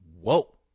Whoa